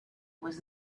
was